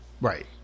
Right